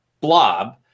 blob